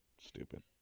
Stupid